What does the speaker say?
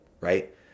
right